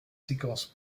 séquences